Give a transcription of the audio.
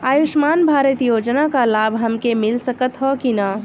आयुष्मान भारत योजना क लाभ हमके मिल सकत ह कि ना?